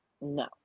No